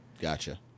Gotcha